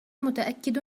متأكد